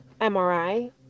MRI